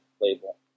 label